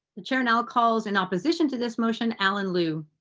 the chair now calls in opposition to this motion allen lu.